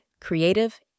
creative